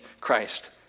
Christ